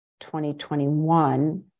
2021